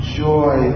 joy